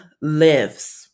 lives